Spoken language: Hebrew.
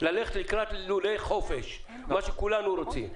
ללכת לקראת לולי חופש מה שכולנו רוצים,